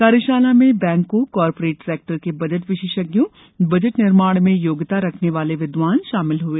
कार्यशाला में बैंकों कार्पोरेट सेक्टर के बजट विशेषज्ञों बजट निर्माण में योग्यता रखने वाले विद्वान शामिल हुए